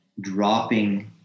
dropping